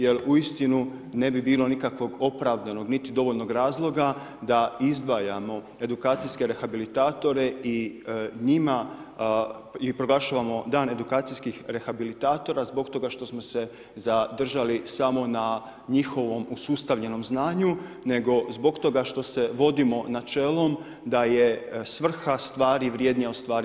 Jer uistinu, ne bi bilo nikakvog opravdanog niti dovoljnog razvoja da izdvajamo edukacijske rehabilitatore i njima i proglašavamo dan edukacijskih rehabilitatora, zbog toga što smo se zadržali samo na njihovom usustavljenom znanju, nego zbog toga što se vodimo načelom, da je svrha stvari vrijednima od sami stvari.